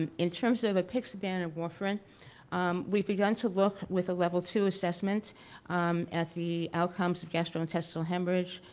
um in terms of apixaban and warfarin we've begun to look with a level two assessment at the outcomes of gastrointestinal hemorrhage,